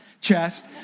chest